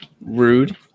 rude